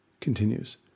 continues